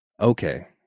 Okay